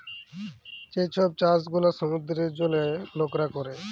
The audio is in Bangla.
যে ছব চাষ গুলা সমুদ্রের জলে লকরা ক্যরে